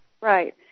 Right